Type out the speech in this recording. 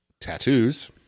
Tattoos